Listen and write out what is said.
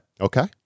Okay